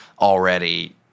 already